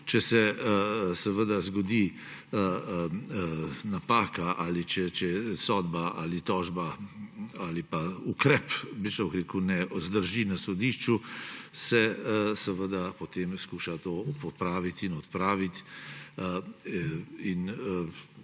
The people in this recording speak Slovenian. Če se zgodi napaka ali če je sodba ali tožba ali pa ukrep ne vzdrži na sodišču, se potem skuša to popraviti in odpraviti.